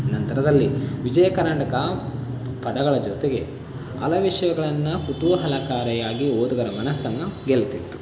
ನಂತರದಲ್ಲಿ ವಿಜಯ ಕರ್ನಾಟಕ ಪದಗಳ ಜೊತೆಗೆ ಹಲ ವಿಷಯಗಳನ್ನು ಕುತೂಹಲಕಾರಿಯಾಗಿ ಓದುಗರ ಮನಸ್ಸನ್ನು ಗೆಲ್ತಿತ್ತು